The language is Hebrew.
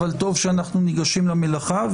אבל טוב שאנו ניגשים למלאכה.